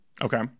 Okay